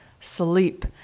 sleep